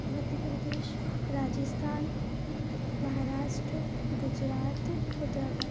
Madhya Pradesh Rajasthan Maharashtra Gujarat Uttarakhand